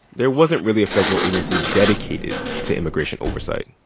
there wasn't really a federal agency dedicated to immigration oversight.